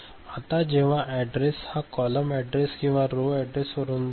आता जेव्हा ऍड्रेस हा कॉलम ऍड्रेस आणि रो ऍड्रेस वरुन येईल